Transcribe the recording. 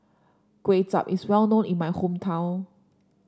Kway Chap is well known in my hometown